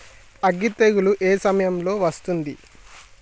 అగ్గి తెగులు ఏ సమయం లో వస్తుంది?